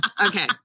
Okay